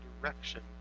direction